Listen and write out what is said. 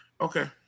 Okay